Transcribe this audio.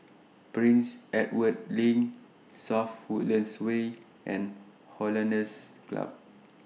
Prince Edward LINK South Woodlands Way and Hollandse Club